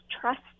trust